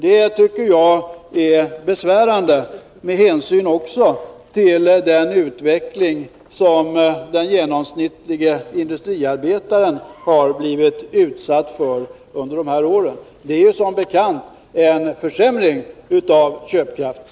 Det tycker jag är besvärande, med hänsyn också till den utveckling som den genomsnittlige industriarbetaren har blivit utsatt för under dessa år. Den har som bekant inneburit en försämring av köpkraften.